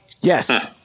Yes